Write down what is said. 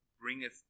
bringeth